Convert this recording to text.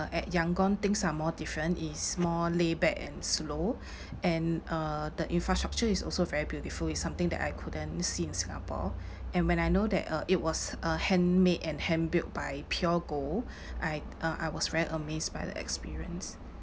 at yangon things are more different it's more laid-back and slow and uh the infrastructure is also very beautiful it's something that I couldn't see in singapore and when I know that uh it was a handmade and hand-built by pure gold I uh I was very amazed by the experience